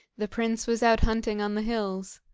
the prince was out hunting on the hills.